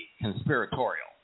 conspiratorial